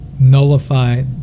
nullify